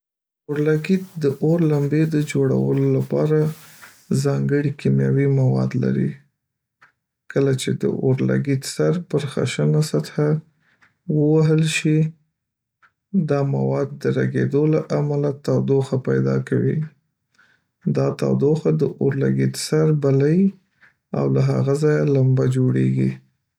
اورلګیت د اور لمبې د جوړولو لپاره ځانګړي کیمیاوي مواد لري. کله چې د اورلګیت سر پر خشنه سطحه ووهل شي، دا مواد د رګیدو له امله تودوخه پیدا کوي. دا تودوخه د اورلګیت سر بلي، او له هغه ځایه لمبه جوړېږي.